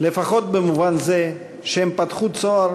לפחות במובן זה שהם פתחו צוהר